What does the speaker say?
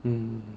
mm